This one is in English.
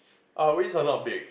our waves are not big